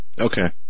Okay